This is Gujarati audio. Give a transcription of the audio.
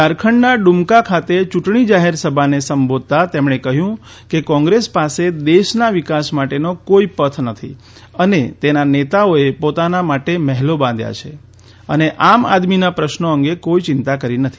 ઝારખંડના હુમકા ખાતે યુંટણી જાહેરસભાને સંબોધતા તેમણે કહયું કે કોંગ્રેસ પાસે દેશના વિકાસ માટેનો કોઇ પથ નથી અને તેના નેતાઓએ પોતાના માટે મહેલો બાંધ્યા છે અને આમ આદમીના પ્રશ્નો અંગે કોઇ ચિંતા કરી નથી